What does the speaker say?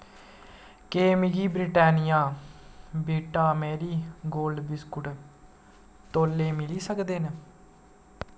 क्या मिगी Britannia Vita Marie Gold biscuit तौले मिली सकदे न